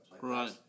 Right